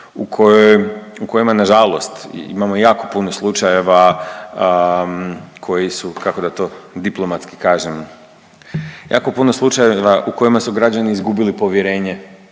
u kojima na žalost imamo jako puno slučajeva koji su, kako da to diplomatski kažem? Jako puno slučajeva u kojima su građani izgubili povjerenje